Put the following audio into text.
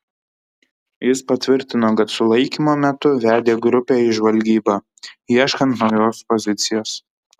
jis patvirtino kad sulaikymo metu vedė grupę į žvalgybą ieškant naujos pozicijos